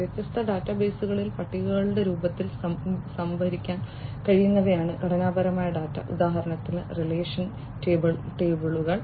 വ്യത്യസ്ത ഡാറ്റാബേസുകളിൽ പട്ടികകളുടെ രൂപത്തിൽ സംഭരിക്കാൻ കഴിയുന്നവയാണ് ഘടനാപരമായ ഡാറ്റ ഉദാഹരണത്തിന് റിലേഷണൽ ടേബിളുകൾ